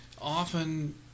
often